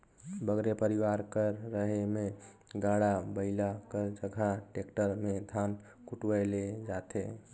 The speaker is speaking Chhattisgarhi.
बगरा परिवार कर रहें में गाड़ा बइला कर जगहा टेक्टर में धान कुटवाए ले जाथें